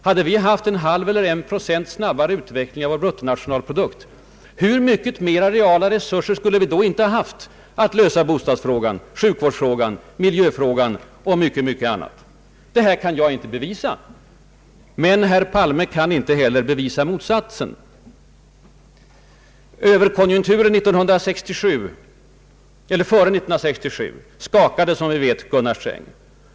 Hade vi kunnat åstadkomma en halv eller en procents snabbare utveckling av vår bruttonationalprodukt, hur mycket större reala resurser skulle vi då inte ha haft att lösa bostadsproblemet, sjukvårdsproblemet, miljöproblemet och mycket, mycket annat? Detta kan jag inte bevisa, men herr Palme kan inte heller bevisa motsatsen. Överkonjunkturen före 1967 skakade som vi vet Gunnar Sträng.